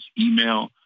email